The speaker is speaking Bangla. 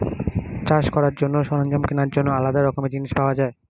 চাষ করার জন্য সরঞ্জাম কেনার জন্য আলাদা রকমের জিনিস পাওয়া যায়